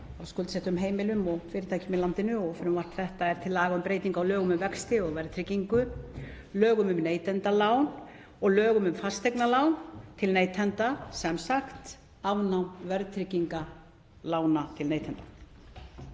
af skuldsettum heimilum og fyrirtækjum í landinu. Frumvarp þetta er til laga um breytingu á lögum um vexti og verðtryggingu, lögum um neytendalán og lögum um fasteignalán til neytenda, afnám verðtryggingar lána til neytenda.